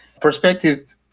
perspective